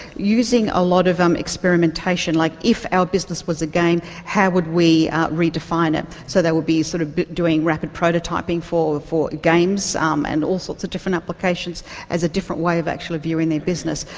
using a lot of um experimentation, like if our business was a game, how would we redefine it? so they would be sort of doing rapid prototyping for for games um and all sorts of different applications as a different way of actually viewing their business.